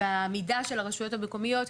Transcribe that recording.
גמר לי את החוק.